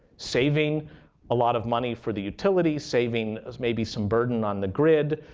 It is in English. saving a lot of money for the utility, saving maybe some burden on the grid,